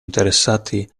interessati